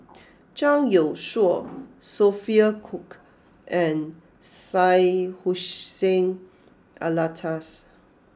Zhang Youshuo Sophia Cooke and Syed Hussein Alatas